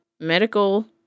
medical